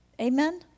Amen